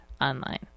online